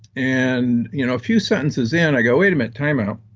and you know a few sentences in i go, wait a minute, timeout.